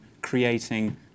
creating